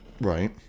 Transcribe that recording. Right